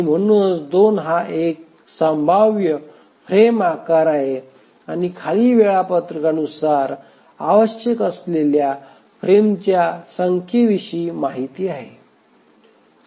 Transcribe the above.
म्हणूनच 2 हा एक संभाव्य फ्रेम आकार आहे आणि खाली वेळापत्रकानुसार आवश्यक असलेल्या फ्रेमच्या संख्येविषयी माहिती आहे